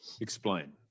explain